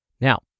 Now